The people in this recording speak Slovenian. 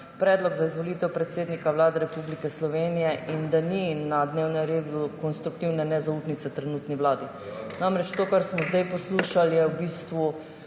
Predlog za izvolitev predsednika Vlade Republike Slovenije in da na dnevnem redu ni konstruktivne nezaupnice trenutni vladi. Namreč, to, kar smo zdaj poslušali, je v bistvu